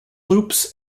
loops